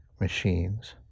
machines